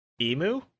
Emu